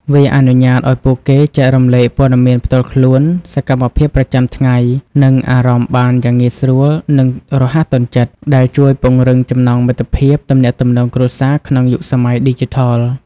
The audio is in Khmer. វាអនុញ្ញាតឱ្យពួកគេចែករំលែកព័ត៌មានផ្ទាល់ខ្លួន សកម្មភាពប្រចាំថ្ងៃ និងអារម្មណ៍បានយ៉ាងងាយស្រួលនិងរហ័សទាន់ចិត្ត ដែលជួយពង្រឹងចំណងមិត្តភាព ទំនាក់ទំនងគ្រួសារក្នុងយុគសម័យឌីជីថល។